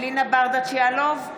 אלינה ברדץ' יאלוב,